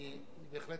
אני בהחלט